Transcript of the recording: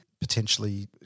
potentially